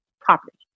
property